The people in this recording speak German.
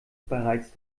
bereits